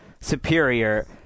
superior